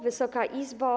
Wysoka Izbo!